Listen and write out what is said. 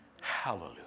Hallelujah